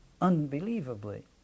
unbelievably